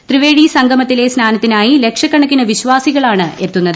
ത്രിവേണി സംഗമത്തിലെ സ്നാനത്തിനായി ലക്ഷക്കണക്കിന് വിശ്വാസികളാണ് എത്തുന്നത്